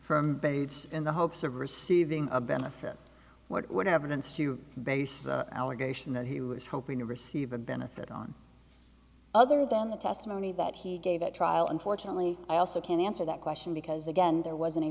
from bates in the hopes of receiving a benefit what evidence do you base the allegation that he was hoping to receive a benefit on other than the testimony that he gave a trial unfortunately i also can't answer that question because again there wasn't a